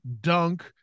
dunk